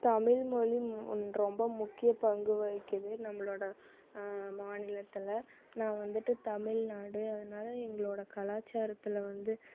தமிழ்மொழி ரொம்ப முக்கிய பங்கு வகிக்கிறது நம்மளோடய மாநிலத்தில் நான் வந்து தமிழ்நாடு அதனால எங்களோடய கலாச்சாரத்தில் வந்து